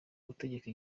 gutegeka